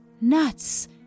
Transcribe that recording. nuts